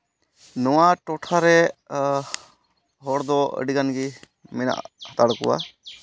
ᱱᱚᱣᱟ ᱴᱚᱴᱷᱟ ᱨᱮ ᱦᱚᱲ ᱫᱚ ᱟᱹᱰᱤᱜᱟᱱ ᱜᱮ ᱢᱮᱱᱟᱜ ᱦᱟᱛᱟᱲ ᱠᱚᱣᱟ